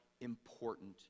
important